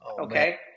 Okay